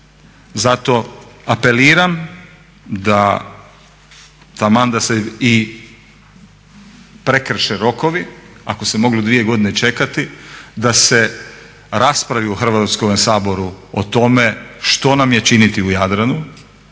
Zato apeliram da taman da se i prekrše rokovi, ako se moglo dvije godine čekati, da se raspravi u Hrvatskome saboru o tome što nam je činiti u Jadranu